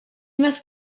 must